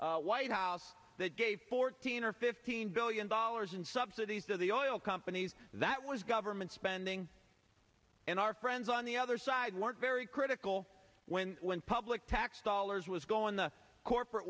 white house that gave fourteen or fifteen billion dollars in subsidies to the oil companies that was government spending and our friends on the other side weren't very critical when when public tax dollars was going the corporate